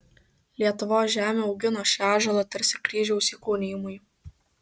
lietuvos žemė augino šį ąžuolą tarsi kryžiaus įkūnijimui